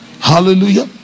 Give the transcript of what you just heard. hallelujah